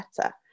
better